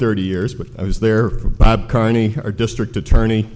thirty years but i was there for bob carney our district attorney